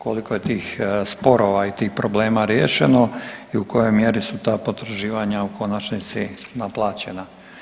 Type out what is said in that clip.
Koliko je tih sporova i tih problema riješeno i u kojoj mjeri su ta potraživanja u konačnici naplaćena.